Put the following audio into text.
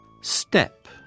Step